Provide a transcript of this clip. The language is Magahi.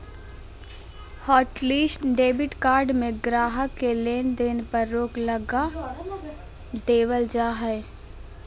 हॉटलिस्ट डेबिट कार्ड में गाहक़ के लेन देन पर रोक लगा देबल जा हय